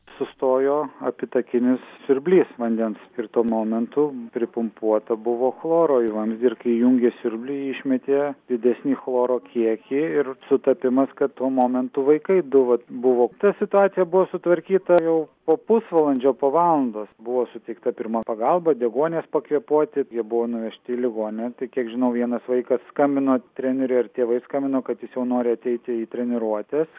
sustojo apytakinis siurblys vandens ir tuo momentu pripumpuota buvo chloro į vamzdį ir kai įjungė siurblį išmetė didesnį chloro kiekį ir sutapimas kad tuo momentu vaikai du vat buvo situacija buvo sutvarkyta jau po pusvalandžio po valandos buvo suteikta pirma pagalba deguonies pakvėpuoti jie buvo nuvežti į ligoninę tai kiek žinau vienas vaikas skambino treneriui ar tėvai skambino kad jis jau nori ateiti į treniruotes